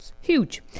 Huge